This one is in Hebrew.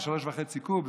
עד 3.5 קוב,